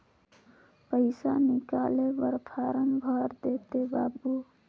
पइसा निकाले बर फारम भर देते बाबु?